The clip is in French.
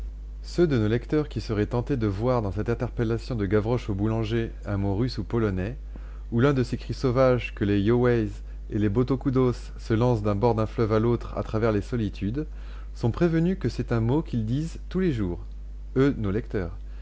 ceux de nos lecteurs qui seraient tentés de voir dans cette interpellation de gavroche au boulanger un mot russe ou polonais ou l'un de ces cris sauvages que les yoways et les botocudos se lancent du bord d'un fleuve à l'autre à travers les solitudes sont prévenus que c'est un mot qu'ils disent tous les jours